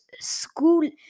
School